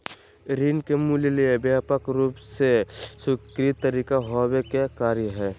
ऋण के मूल्य ले व्यापक रूप से स्वीकृत तरीका होबो के कार्य हइ